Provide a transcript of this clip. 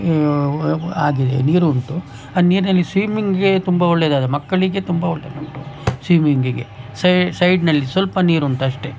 ಆಗಿದೆ ನೀರು ಉಂಟು ಆ ನೀರಿನಲ್ಲಿ ಸ್ವಿಮ್ಮಿಂಗ್ಗೆ ತುಂಬ ಒಳ್ಳೆಯದಾದ ಮಕ್ಕಳಿಗೆ ತುಂಬ ಒಳ್ಳೆಯದುಂಟು ಸ್ವಿಮ್ಮಿಂಗಿಗೆ ಸೈಡ್ನಲ್ಲಿ ಸ್ವಲ್ಪ ನೀರುಂಟು ಅಷ್ಟೆ